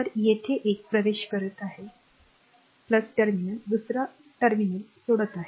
तर येथे एक प्रवेश करत आहे कॉल टर्मिनल दुसरा टर्मिनल सोडत आहे